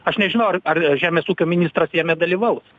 aš nežinau ar ar žemės ūkio ministras jame dalyvaus